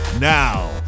Now